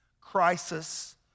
crisis